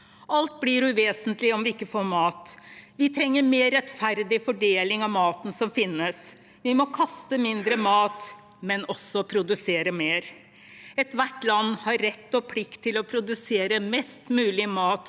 Alt blir uvesentlig om vi ikke får mat. Vi trenger mer rettferdig fordeling av maten som finnes. Vi må kaste mindre mat, men også produsere mer. Ethvert land har rett og plikt til å produsere mest mulig mat